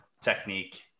technique